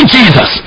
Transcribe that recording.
Jesus